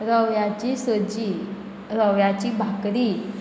रव्याची सजी रव्याची भाकरी